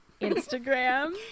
Instagram